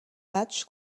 match